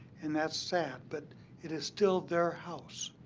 and that's sad, but it is still there house.